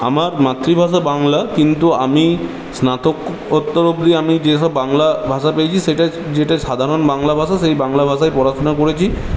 আমার মাতৃভাষা বাংলা কিন্তু আমি স্নাতককোত্তর অব্দি আমি যেসব বাংলা ভাষা পেয়েছি সেটা যেটা সাধারণ বাংলা ভাষা সেই বাংলা ভাষায় পড়াশুনা করেছি